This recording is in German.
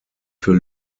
für